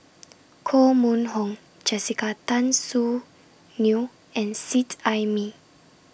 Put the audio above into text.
Koh Mun Hong Jessica Tan Soon Neo and Seet Ai Mee